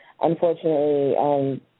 Unfortunately